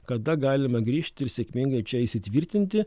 kada galime grįžti ir sėkmingai čia įsitvirtinti